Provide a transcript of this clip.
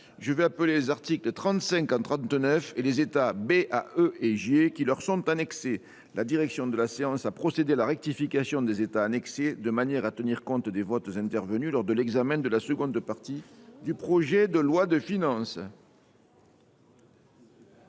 Je vais appeler les articles 35 à 39 et les états B à E et G qui leur sont annexés. La direction de la séance du Sénat a procédé à la rectification des états annexés de manière à tenir compte des votes intervenus lors de l’examen de la seconde partie du projet de loi de finances.